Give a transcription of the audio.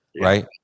right